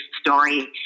story